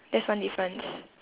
that's one difference